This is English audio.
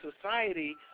society